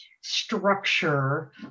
structure